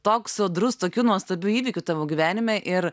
toks sodrus tokių nuostabių įvykių tavo gyvenime ir